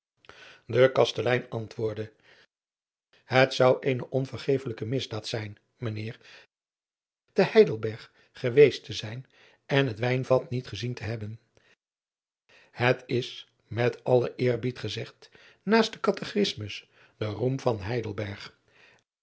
e kastelein antwoordde et zou eene onvergeeflijke misdaad zijn mijn eer te eidelberg geweest te zijn en het ijnvat niet gezien te hebben et is met allen eerbied gezegd naast den atechismus de roem van eidelberg